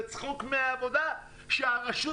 זה צחוק מהעבודה שהרשות